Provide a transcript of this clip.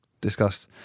discussed